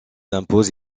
impose